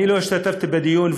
אני לא השתתפתי בדיון,